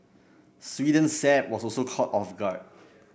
Sweden's Saab was also caught off guard